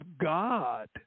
God